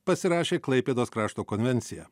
pasirašė klaipėdos krašto konvenciją